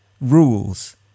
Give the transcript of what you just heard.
rules